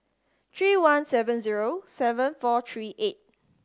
three one seven zero seven four three eight